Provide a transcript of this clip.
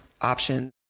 options